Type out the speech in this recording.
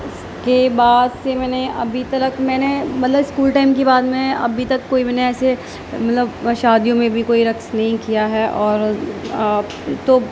اس کے بعد پھر میں نے ابھی تلک میں نے مطلب اسکول ٹائم کے بعد میں ابھی تک کوئی میں نے ایسے مطلب نہ شادیوں میں بھی کوئی رقص نہیں کیا ہے اور آپ تو